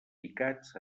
picats